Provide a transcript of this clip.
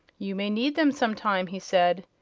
you may need them, some time, he said,